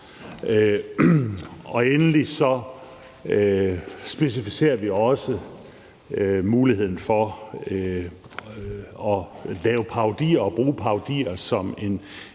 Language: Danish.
Endelig specificerer vi også muligheden for at lave parodier og bruge parodier som en